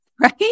right